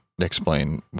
explain